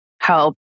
help